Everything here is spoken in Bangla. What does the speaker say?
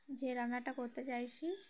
যে রান্নাটা করতে চাইছি